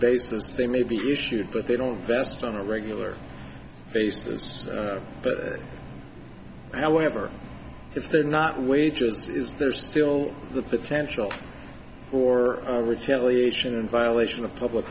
basis they may be issued but they don't vest on a regular basis however if they're not wages is there still the potential for retaliation and violation of public